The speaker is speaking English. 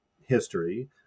history